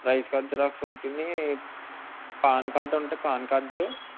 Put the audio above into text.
rice card xerox ఒకటి PAN card ఉంటే PAN card